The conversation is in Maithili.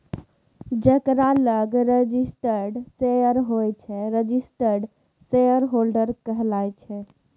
जकरा लग रजिस्टर्ड शेयर होइ छै रजिस्टर्ड शेयरहोल्डर कहाइ छै